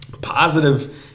Positive